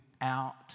out